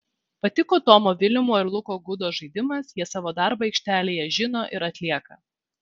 patiko tomo vilimo ir luko gudo žaidimas jie savo darbą aikštelėje žino ir atlieka